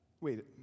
Wait